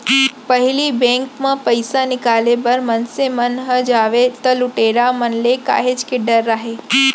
पहिली बेंक म पइसा निकाले बर मनसे मन जावय त लुटेरा मन ले काहेच के डर राहय